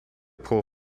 pole